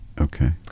Okay